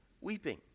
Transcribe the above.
weeping